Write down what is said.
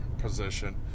position